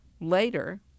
later